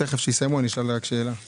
או לבטל כי